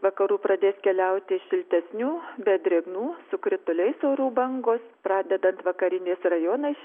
vakarų pradės keliauti šiltesnių bet drėgnų su krituliais orų bangos pradedant vakariniais rajonais